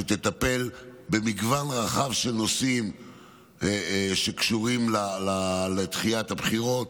שתטפל במגוון רחב של נושאים שקשורים לדחיית הבחירות,